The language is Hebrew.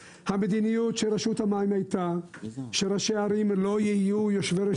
המדיניות של רשות המים הייתה שראשי ערים לא יהיו יושבי ראש